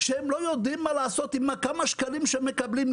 כשהם לא יודעים מה לעשות עם הכמה שקלים שהם מקבלים,